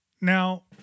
Now